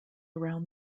around